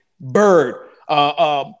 bird